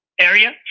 area